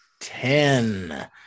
ten